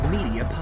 Media